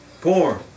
Porn